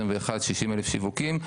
60 אלף שיווקים.